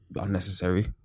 Unnecessary